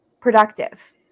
productive